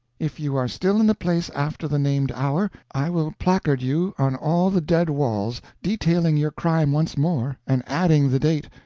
if you are still in the place after the named hour, i will placard you on all the dead walls, detailing your crime once more, and adding the date,